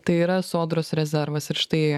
tai yra sodros rezervas ir štai